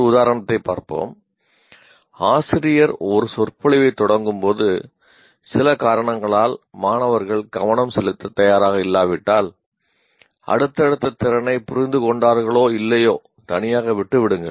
ஒரு உதாரணத்தைப் பார்ப்போம் ஆசிரியர் ஒரு சொற்பொழிவைத் தொடங்கும் போது சில காரணங்களால் மாணவர்கள் கவனம் செலுத்தத் தயாராக இல்லாவிட்டால்அடுத்தடுத்த திறனை புரிந்து கொண்டார்களோ இல்லையோ தனியாக விட்டு விடுங்கள்